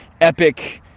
epic